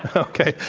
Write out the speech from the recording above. ah okay.